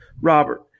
Robert